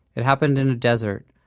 it happened in a desert,